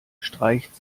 streicht